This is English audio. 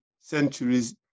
centuries